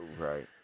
Right